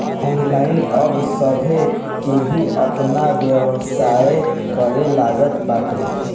online अब सभे केहू आपन व्यवसाय करे लागल बाटे